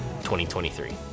2023